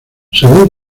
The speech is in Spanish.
según